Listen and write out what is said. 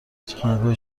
سخنگوی